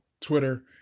Twitter